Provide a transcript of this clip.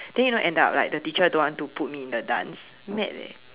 then you know end up like the teacher don't want to put me in the dance mad leh